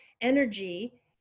energy